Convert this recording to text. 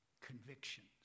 convictions